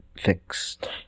fixed